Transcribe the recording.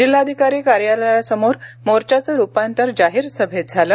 जिल्हाधिकारी कार्यालयासमोर मोर्चाचे रूपांतर जाहीर सभेत झाले